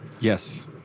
Yes